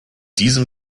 diesem